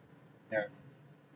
yeah